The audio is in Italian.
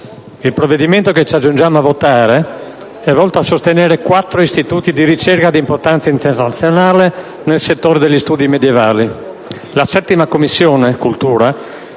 il provvedimento sul quale ci accingiamo a votare è volto a sostenere quattro istituti di ricerca di importanza internazionale nel settore degli studi medievali. La 7a Commissione ha